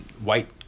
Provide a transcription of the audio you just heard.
white